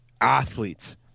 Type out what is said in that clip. athletes